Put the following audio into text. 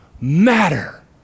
matter